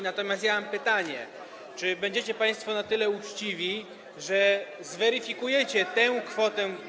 Natomiast ja mam pytanie: Czy będziecie państwo na tyle uczciwi, że zweryfikujecie tę kwotę?